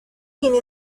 tiene